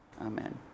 Amen